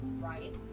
right